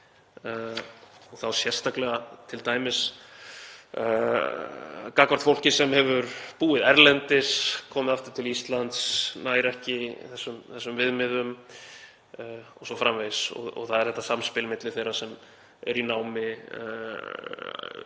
þá sérstaklega t.d. gagnvart fólki sem hefur búið erlendis, komið aftur til Íslands, nær ekki þessum viðmiðum o.s.frv. Það er þetta samspil milli þeirra sem eru í námi,